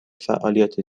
فعالیت